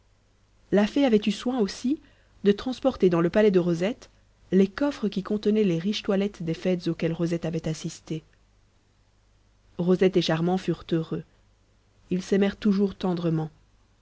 la fée avait eu soin aussi de transporter dans le palais de rosette les coffres qui contenaient les riches toilettes des fêtes auxquelles rosette avait assisté rosette et charmant furent heureux ils s'aimèrent toujours tendrement